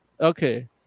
Okay